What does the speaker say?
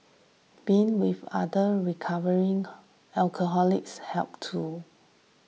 being with other recovering alcoholics helped too